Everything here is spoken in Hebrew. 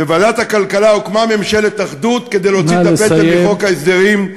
בוועדת הכלכלה הוקמה ממשלת אחדות כדי להוציא את הפטם מחוק ההסדרים,